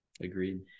Agreed